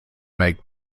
make